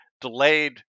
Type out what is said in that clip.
delayed